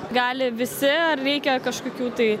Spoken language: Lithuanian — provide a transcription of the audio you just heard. gali visi ar reikia kažkokių tai